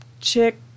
chick